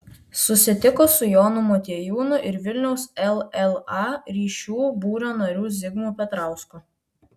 susitiko su jonu motiejūnu ir vilniaus lla ryšių būrio nariu zigmu petrausku